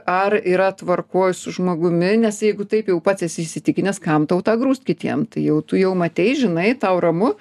ar yra tvarkoj su žmogumi nes jeigu taip jau pats esi įsitikinęs kam tau tą grūst kitiem tai jau tu jau matei žinai tau ramu